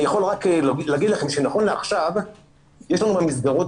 אני יכול לומר לכם שנכון לעכשיו יש לנו במסגרות